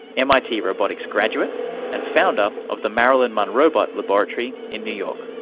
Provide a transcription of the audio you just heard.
mit robotics graduate and founder of the marilyn monrobot laboratory in new york.